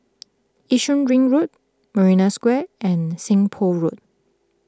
Yishun Ring Road Marina Square and Seng Poh Road